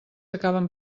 acaben